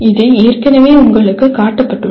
இது ஏற்கனவே உங்களுக்குக் காட்டப்பட்டுள்ளது